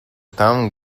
town